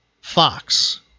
Fox